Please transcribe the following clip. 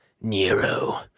Nero